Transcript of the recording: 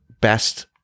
best